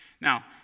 Now